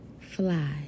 fly